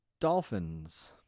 Dolphins